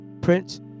Prince